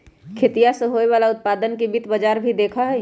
खेतीया से होवे वाला उत्पादन के भी वित्त बाजार ही देखा हई